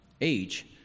age